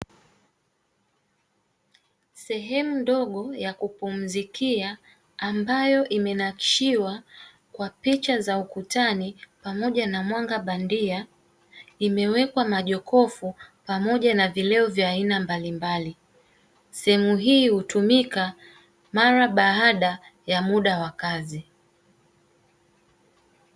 Sehemu Ndogo ya kupumzikia ambayo imenakshiwa kwa picha za ukutani pamoja na mwanga bandia. Imewekwa majokofu pamoja na vileo vya aina mbalimbali sehemu. Hii hutumika mara baada ya muda wa kazi.